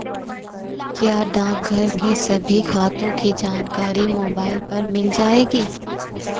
क्या डाकघर के सभी खातों की जानकारी मोबाइल पर मिल जाएगी?